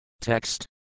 Text